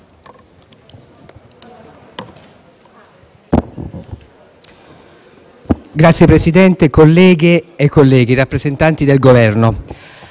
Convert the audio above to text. Signor Presidente, colleghe e colleghi, rappresentanti del Governo,